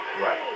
Right